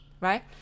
right